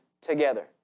together